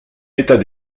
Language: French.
état